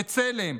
בצלם,